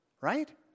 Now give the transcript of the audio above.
right